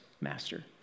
master